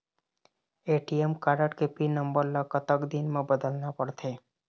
ATM card के PIN number ला कतक दिन म बदलना पड़थे?